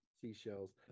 Seashells